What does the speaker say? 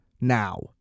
Now